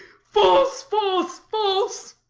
false, false, false!